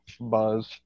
buzz